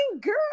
girl